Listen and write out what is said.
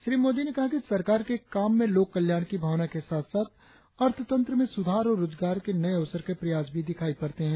श्री मोदी ने कहा कि सरकार के काम में लोक कल्याण की भावना के साथ साथ अर्थतंत्र में सुधार और रोजगार के नए अवसर के प्रयास भी दिखाई पड़ते है